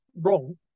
wrong